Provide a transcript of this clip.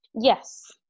Yes